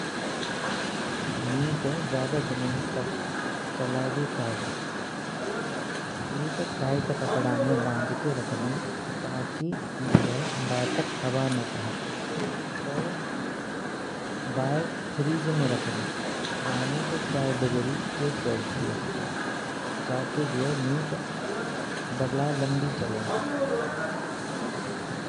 मीट ऐ जियादा दिनन तक चलावे काज, एक टाइट कपड़ा में बाँध कै राख देयिन तकि जो है बाय तक हवा ना पहुंचे। और बाय फ्रीज में राख देयिन, माइनस चार डिग्री के सेल्सियस पे जाते जो है मीट बाले लंबी चलेगी।